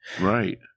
right